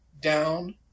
down